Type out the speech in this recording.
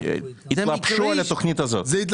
אז אתה רוצה סתם לשאול למה התכנית הזאת?